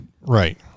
right